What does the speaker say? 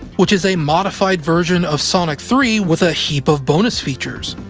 which is a modified version of sonic three with a heap of bonus features.